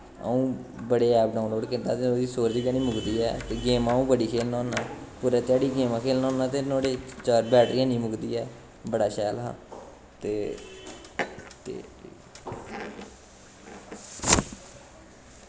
अ'ऊं बड़े app download करदा ते ओह्दी स्टोरज गै निं मुकदी ऐ ते गेमां अ'ऊं बड़ियां खेलना होन्ना पूरे ध्याड़ी गेमां खेलना होन्ना ते नोहाड़ी चार्ज बैटरी हैनी मुकदी ऐ बड़ा शैल हा ते ते